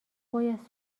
باید